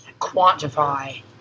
quantify